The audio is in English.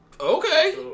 okay